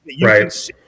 Right